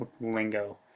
lingo